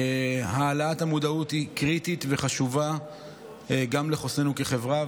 העלאת המודעות היא קריטית וחשובה גם לחוסננו כחברה,